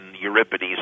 Euripides